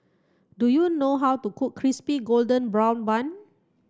do you know how to cook crispy golden brown bun